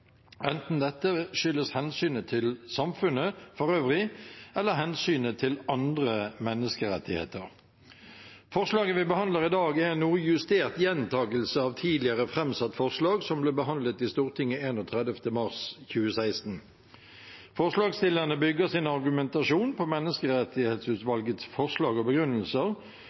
enten dette skyldes hensynet til samfunnet for øvrig eller hensynet til andres menneskerettigheter. Forslaget vi behandler i dag, er en noe justert gjentakelse av tidligere fremsatt forslag som ble behandlet i Stortinget 31. mars 2016. Forslagsstillerne bygger sin argumentasjon på Menneskerettighetsutvalgets forslag og begrunnelser